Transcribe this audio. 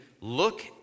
look